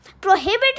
prohibited